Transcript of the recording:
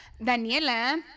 Daniela